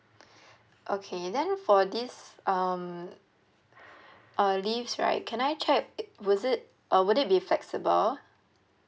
okay then for this um uh leaves right can I check was it uh would it be flexible